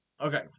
Okay